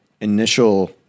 initial